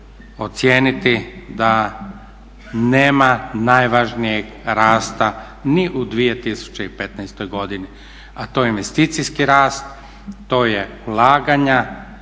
ocijeniti da nema najvažnijeg rasta ni u 2015. godini a to je investicijski rast, to su ulaganja,